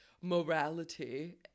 morality